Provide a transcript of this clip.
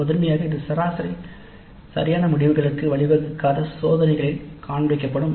முதன்மையாக இது சரியான முடிவுகளுக்கு வழிவகுக்காத சோதனையில் காண்பிக்கப்படும்